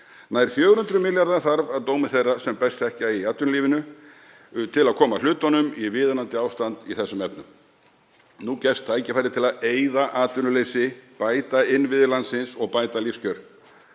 Nær 400 milljarða þarf að dómi þeirra sem best þekkja í atvinnulífinu til að koma hlutunum í viðunandi ástand í þessum efnum. Nú gefst tækifæri til að eyða atvinnuleysi, bæta innviði landsins og bæta lífskjör.